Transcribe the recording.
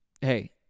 hey